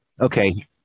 Okay